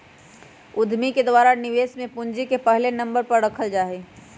उद्यमि के द्वारा निवेश में पूंजी के पहले नम्बर पर रखल जा हई